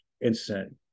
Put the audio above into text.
incident